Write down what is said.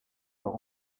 leur